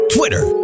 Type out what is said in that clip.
Twitter